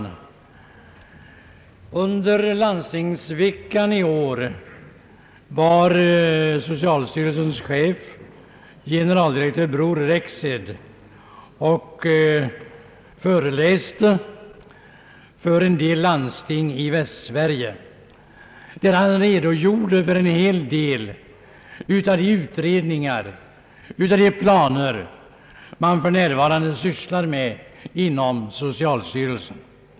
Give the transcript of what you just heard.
Vid en föreläsning i Västsverige under landstingsveckan i år redogjorde socialstyrelsens chef, generaldirektör Bror Rexed, för en hel del av de utredningar och planer man för närvarande sysslar med inom socialstyrelsen.